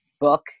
book